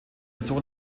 sohn